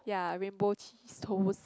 ya rainbow cheese toast